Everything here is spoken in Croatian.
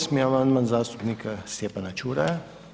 8. amandman zastupnika Stjepana Ćuraja.